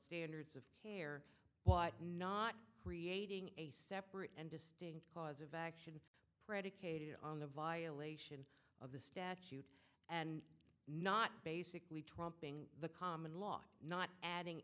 standards of care but not creating a separate and distinct cause of action predicated on the violation of the statute and not basically trumping the common law not adding